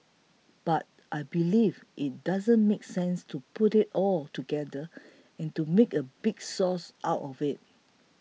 but I believe it doesn't make sense to put it all together and to make one big sauce out of it